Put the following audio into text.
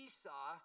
Esau